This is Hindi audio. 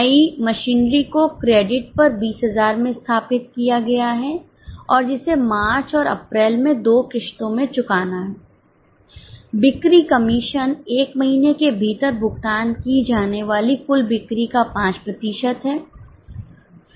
नई मशीनरी को क्रेडिट पर 20000 में स्थापित किया गया है और जिसे मार्च और अप्रैल में दो किश्तों में चुकाना है बिक्री कमीशन एक महीने के भीतर भुगतान की जाने वाली कुल बिक्री का 5 प्रतिशत है